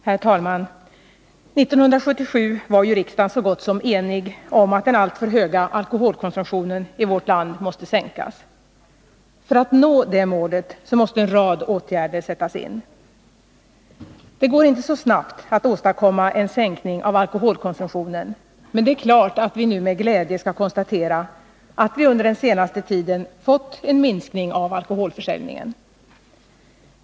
Herr talman! 1977 var riksdagen så gott som enig om att den alltför höga alkoholkonsumtionen i vårt land måste sänkas. För att nå det målet måste en rad åtgärder sättas in. Det går inte så snabbt att åstadkomma en sänkning av alkoholkonsumtionen, men det är klart att vi nu med glädje skall konstatera att vi under den senaste tiden fått en minskning av alkoholförsäljningen.